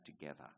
together